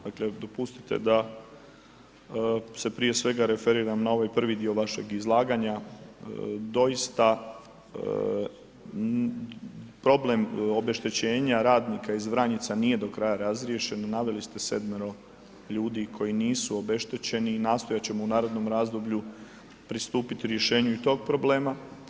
Dakle, dopustite da se prije svega referiram na ovaj prvi dio vašeg izlaganja, doista problem obeštećenja radnika iz Vranjica nije do kraja razriješen, naveli ste sedmero ljudi koji nisu obeštećeni i nastojat ćemo u narednom razdoblju pristupit rješenju i tog problema.